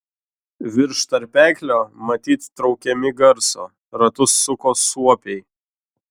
virš tarpeklio matyt traukiami garso ratus suko suopiai